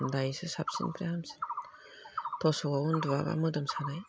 दायोसो साबसिननिफ्राय हामसिन थसबाव उन्दुआब्ला मोदोम सानाय